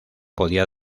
podía